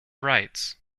rights